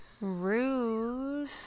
Rude